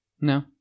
No